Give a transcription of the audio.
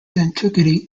antiquity